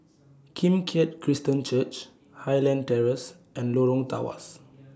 Kim Keat Christian Church Highland Terrace and Lorong Tawas